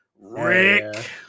Rick